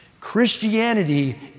christianity